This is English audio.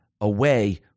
away